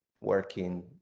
working